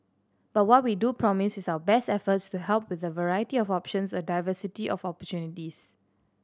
but what we do promise is our best efforts to help with a variety of options a diversity of opportunities